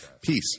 Peace